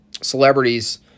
celebrities